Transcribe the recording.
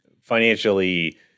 financially